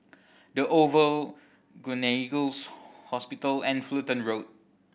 The Oval Gleneagles Hospital and Fullerton Road